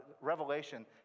Revelation